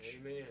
Amen